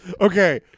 Okay